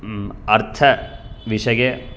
अर्थ विषये